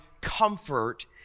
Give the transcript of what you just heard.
comfort